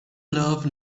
love